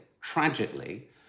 tragically